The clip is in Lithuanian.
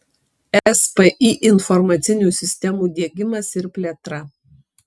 spį informacinių sistemų diegimas ir plėtra